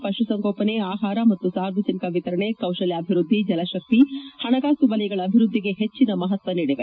ಪಶುಸಂಗೋಪನೆ ಆಹಾರ ಮತ್ತು ಸಾರ್ವಜನಿಕ ವಿತರಣೆ ಕೌಶಲ್ಕಾಭಿವೃದ್ಧಿ ಜಲಶಕ್ತಿ ಪಣಕಾಸು ವಲಯಗಳ ಅಭಿವೃದ್ಧಿಗೆ ಹೆಚ್ಚಿನ ಮಹತ್ವ ನೀಡಿವೆ